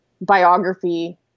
Biography